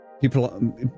people